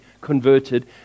converted